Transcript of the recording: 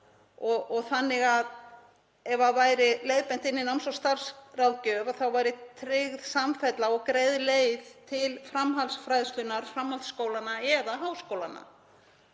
þannig að ef því væri leiðbeint inn í náms- og starfsráðgjöf væri tryggð samfella og greið leið til framhaldsfræðslunnar, framhaldsskólanna eða háskólanna